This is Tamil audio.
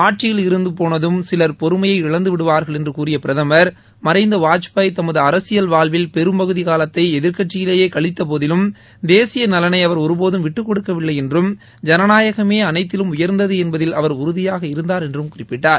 ஆட்சியில் இருந்து போனதும் சிலர் பொறுமையை இழந்து விடுகிறார்கள் என்று கூறிய பிரதமர் மறைந்த வாஜ்பாய் தமது அரசியல் வாழ்வில் பெரும்பகுதி காலத்தை எதிர்கட்சியிலேயே கழித்த போதிலும் தேசிய நலனை அவர் ஒருபோதும் விட்டுக்கொடுக்கவில்லை என்றும் ஜனநாயகமே அனைத்திலும் உயர்ந்தது என்பதில் அவர் உறுதியாக இருந்தார என்றும் குறிப்பிட்டார்